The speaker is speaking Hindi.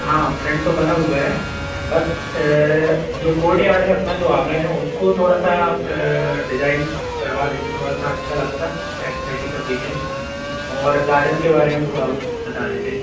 हाँ फ्रंट तो बना हुआ है बस जो कोर्टयार्ड है अपना जो आँगन है उसको थोड़ा सा डिज़ाइन करवा देते थोड़ा सा अच्छा लगता एस्थेटिक ऍपेरियन्स और गार्डन के बारे में थोड़ा बता देते